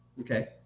Okay